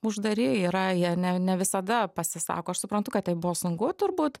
uždari yra jie ne ne visada pasisako aš suprantu kad jai buvo sunku turbūt